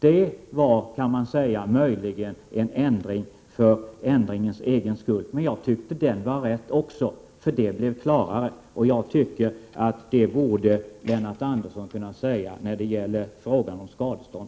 Det var möjligen en ändring för ändringens egen skull, men den var också riktig, därför att det blev klarare. Det borde Lennart Andersson också kunna säga när det gäller frågan om skadestånd.